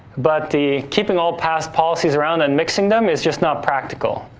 but the keeping all past policies around and mixing them is just not practical.